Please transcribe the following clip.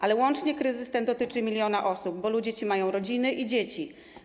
Ale łącznie kryzys ten dotyczy miliona osób, bo ludzie ci mają rodziny i dzieci.